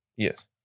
Yes